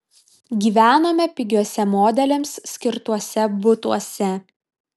gyvenome pigiuose modeliams skirtuose butuose